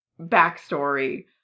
backstory